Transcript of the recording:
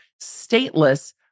stateless